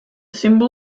symbol